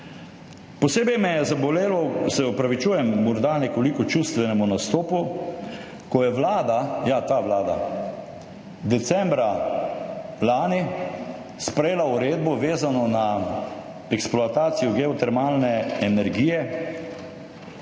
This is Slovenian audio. Posebej me je zabolelo, se opravičujem morda nekoliko čustvenemu nastopu, ko je Vlada decembra lani sprejela uredbo, vezano na eksploatacijo geotermalne energije,